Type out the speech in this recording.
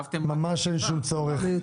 ממש אין שום צורך.